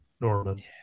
Norman